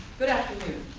good afternoon.